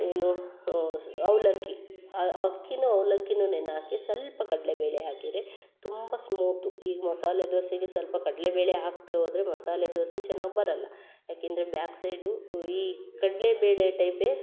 ಏನು ಸ್ ಅವಲಕ್ಕಿ ಅಕ್ಕಿನೂ ಅವಲಕ್ಕಿನೂ ನೆನೆ ಹಾಕಿ ಸ್ವಲ್ಪ ಕಡ್ಳೆಬೇಳೆ ಹಾಕಿದರೆ ತುಂಬ ಸ್ಮೂತೂ ಈಗ ಮಸಾಲೆ ದೋಸೆಗೆ ಸ್ವಲ್ಪ ಕಡಳೆಬೇಳೆ ಹಾಕ್ತಾ ಹೋದ್ರೆ ಮಸಾಲೆ ದೋಸೆ ಚೆನ್ನಾಗಿ ಬರಲ್ಲ ಯಾಕೆಂದರೆ ಬ್ಯಾಕ್ಸೈಡು ಈ ಕಡಲೆಬೇಳೆ ಟೈಪೇ